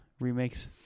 remakes